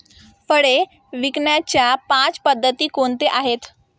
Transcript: फळे विकण्याच्या पाच पद्धती कोणत्या आहेत?